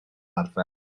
arfer